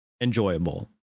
enjoyable